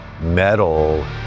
metal